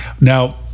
Now